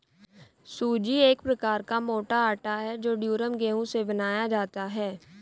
सूजी एक प्रकार का मोटा आटा है जो ड्यूरम गेहूं से बनाया जाता है